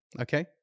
Okay